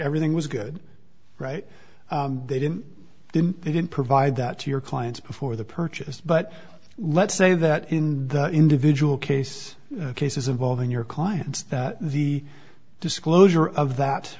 everything was good right they didn't didn't they didn't provide that to your clients before the purchase but let's say that in the individual case cases involving your clients that the disclosure of that